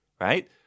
right